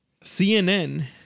CNN